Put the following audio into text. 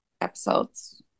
episodes